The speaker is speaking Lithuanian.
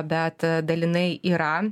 bet dalinai yra